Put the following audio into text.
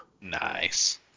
Nice